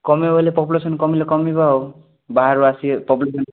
କମିବ ବୋଲେ ପପୁଲେସନ୍ କମିଲେ କମିବ ଆଉ ବାହାରୁ ଆସୁଛି ପପୁଲେସନ୍